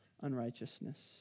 unrighteousness